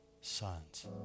sons